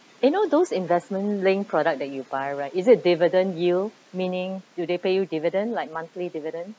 you know those investment-linked product that you buy right is it dividend yield meaning do they pay you dividend like monthly dividend